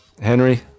Henry